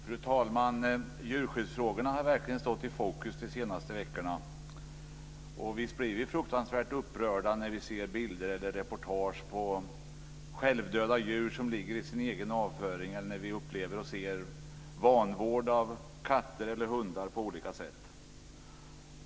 Fru talman! Djurskyddsfrågorna har verkligen stått i fokus de senaste veckorna. Visst blir vi fruktansvärt upprörda när vi ser bilder eller reportage om självdöda djur som ligger i sin egen avföring eller när vi upplever och ser vanvård av katter eller hundar på olika sätt.